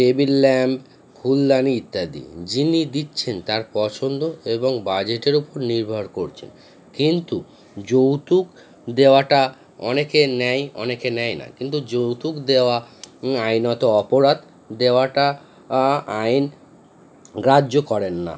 table lamp ফুলদানি ইত্যাদি যিনি দিচ্ছেন তার পছন্দ এবং বাজেটের ওপর নির্ভর করছেন কিন্তু যৌতুক দেওয়াটা অনেকে নেয় অনেকে নেয় না কিন্তু যৌতুক দেওয়া আইনত অপরাধ দেওয়াটা আইন গ্রাহ্য করেন না